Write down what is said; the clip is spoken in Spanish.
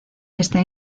está